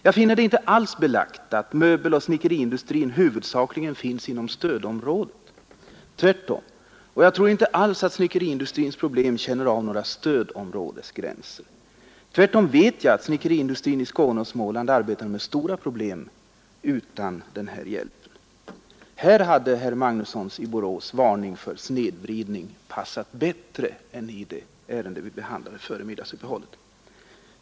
Jag finner det inte alls belagt att möbeloch snickeriindustrin huvudsakligen finns inom stödområdet. Tvärtom. Och jag tror inte alls att snickeriindustrins problem känner av några stödområdesgränser. Tvärtom vet jag att snickeriindustrin i Skåne och Småland arbetar med stora problem utan hjälp. Här hade herr Magnussons i Borås varning för snedvridning passat bättre än vid det ärende vi behandlade före middagsuppehållet.